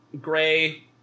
gray